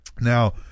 Now